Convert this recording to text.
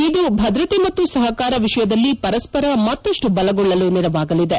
ಇದು ಭದ್ರತೆ ಮತ್ತು ಸಹಕಾರ ವಿಷಯದಲ್ಲಿ ಪರಸ್ಪರ ಮತ್ತಷ್ಟು ಬಲಗೊಳ್ಳಲು ನೆರವಾಗಲಿದೆ